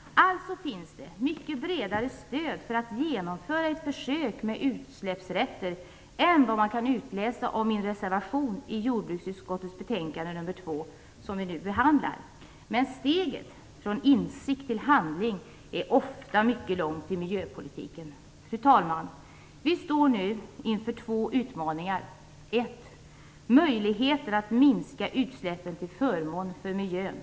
Alltså finns det mycket bredare stöd för att genomföra ett försök med utsläppsrätter än vad man kan utläsa av min reservation i jordbruksutskottets betänkande nr 2, som vi nu behandlar. Men steget från insikt till handling är ofta mycket långt i miljöpolitiken. Fru talman! Vi står nu inför två utmaningar. Den första är möjligheten att minska utsläppen till förmån för miljön.